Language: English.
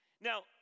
Now